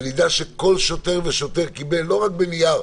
שנדע שכל שוטר ושוטר קיבל לא רק בנייר,